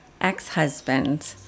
ex-husband